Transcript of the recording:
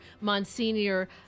monsignor